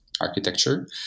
architecture